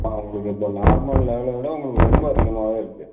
ஆ உங்களுக்கு இப்போ நார்மல் லெவலை விட உங்களுக்கு ரொம்ப அதிகமாகவே இருக்கு